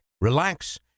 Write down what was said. relax